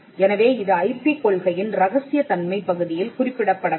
எனவே இது ஐபி கொள்கையின் ரகசியத் தன்மை பகுதியில் குறிப்பிடப்பட வேண்டும்